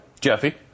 Jeffy